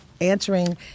answering